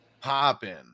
Popping